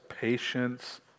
patience